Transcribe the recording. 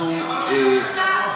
אנחנו מבקשים, אולי תשתף אותנו.